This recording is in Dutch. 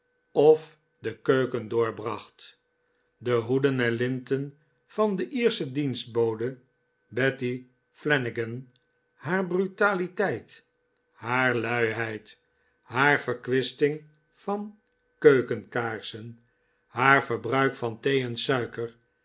of de keuken doorbracht de hoeden en linten van de iersche dienstbode betty flanagan haar brutaliteit haar luiheid haar verkwisting van keukenkaarsen haar verbruik van thee en suiker